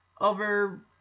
over